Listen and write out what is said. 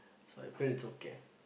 so I feel it's okay